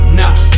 nah